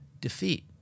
defeat